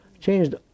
changed